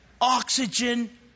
Oxygen